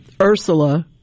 Ursula